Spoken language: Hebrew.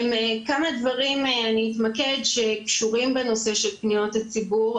כמה דברים אני אתמקד שקשורים בנושא של פניות הציבור,